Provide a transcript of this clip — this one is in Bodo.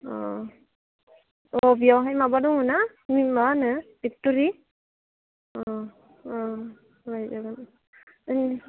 अ अ बेयावहाय माबा दङ ना मा होनो फेक्ट'रि अ अ लायजागोन